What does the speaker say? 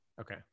Okay